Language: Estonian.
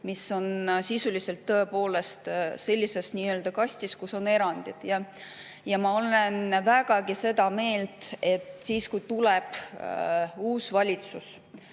mis on sisuliselt tõepoolest sellises nii-öelda kastis, kus on erandid. Ja ma olen vägagi seda meelt, et siis, kui tuleb uus valitsus,